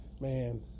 Man